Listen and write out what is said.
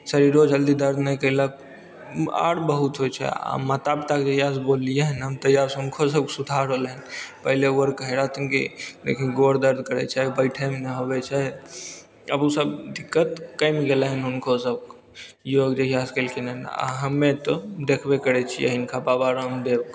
शरीरो जल्दी दरद नहि कएलक आर बहुत होइ छै आर माता पिताके जहिआसे बोललिए हइ ने हम तहिआसे हुनकोसभकेँ सुधार होलनि पहिले ओ आर कहै रहथिन कि देखही गोर दरद करै छै बैठैमे नहि होबै छै आब ओसब दिक्कत कमि गेलनि हुनकोसभकेँ योग जहिआसे कएलखिन हँ हमे तऽ देखबे करै छिए हिनका बाबा रामदेवके